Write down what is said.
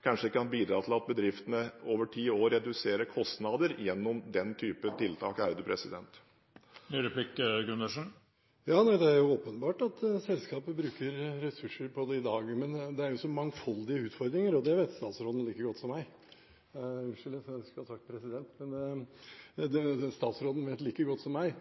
kan det kanskje bidra til at bedriftene over ti år reduserer kostnader gjennom den type tiltak. Det er jo åpenbart at selskaper bruker ressurser på det i dag, men det er så mangfoldige utfordringer – det vet statsråden like godt som meg.